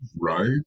right